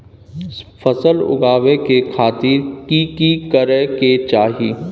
फसल उगाबै के खातिर की की करै के चाही?